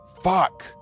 fuck